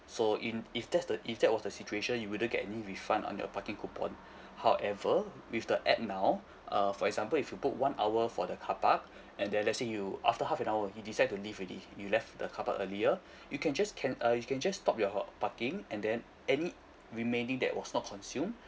so in if that's the if that was the situation you wouldn't get any refund on your parking coupon however with the app now uh for example if you book one hour for the car park and then let's say you after half an hour you decide to leave already you left the car park earlier you can just can uh you can just stop your parking and then any remaining that was not consumed